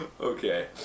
Okay